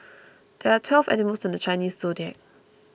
there are twelve animals in the Chinese zodiac